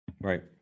right